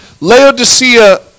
Laodicea